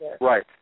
Right